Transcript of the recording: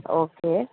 okay